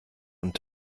und